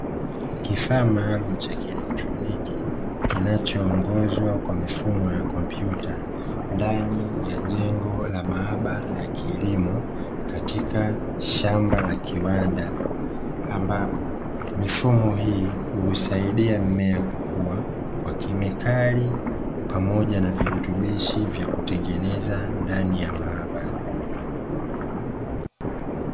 Kifaa maalumu cha kielektroniki kinachoongozwa kwa mifumo ya kompyuta, ndani ya jengo la maabara ya kilimo katika shamba la kiwanda. Ambapo, mifumo hii husaidia mimea kukua, kwa kemikali pamoja na virutubishi vya kutengeneza ndani ya maabara.